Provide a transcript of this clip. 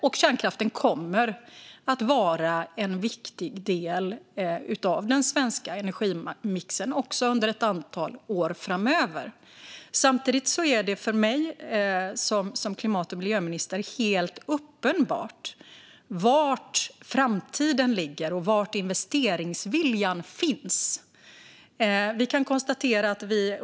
Och kärnkraften kommer att vara en viktig del av den svenska energimixen också under ett antal år framöver. Samtidigt är det för mig som klimat och miljöminister helt uppenbart var framtiden ligger och var investeringsviljan finns.